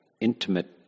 intimate